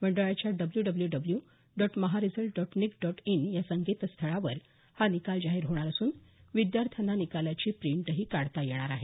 मंडळाच्या W W W dot mahresult dot nic dot in या संकेतस्थळावर हा निकाल जाहीर होणार असून विद्यार्थ्यांना निकालाची प्रिंटही काढता येईल